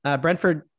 Brentford